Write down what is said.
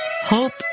hope